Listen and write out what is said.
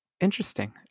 Interesting